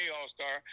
All-Star